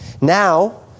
Now